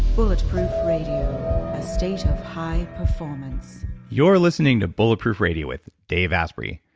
bulletproof radio, a state of high performance you're listening to bulletproof radio with dave asprey.